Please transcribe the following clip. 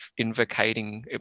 invocating